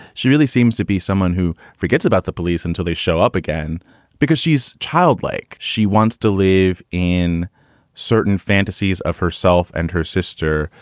she really seems to be someone who forgets about the police until they show up again because she's childlike. she wants to leave in certain fantasies of herself and her sister.